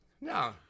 No